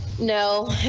No